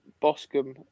Boscombe